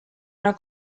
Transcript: una